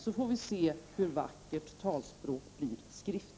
Då får vi se hur vackert talspråk blir i skrift.